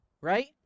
right